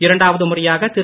இரண்டாவது முறையாக திரு